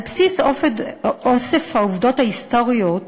על בסיס אוסף העובדות ההיסטוריות שבחן,